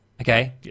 Okay